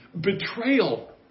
betrayal